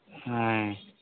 ఆయ్